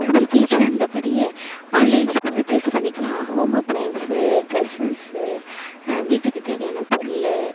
இப்போ நம்ம வீட்டில் இருந்தபடியே ஆன்லைனில் பர்ச்சேஸ் பண்ணிக்கலாம் ஹோம் அப்லயன்ஸு டிரெஸ்ஸஸ்சு வீட்டுக்கு தேவையான பொருள்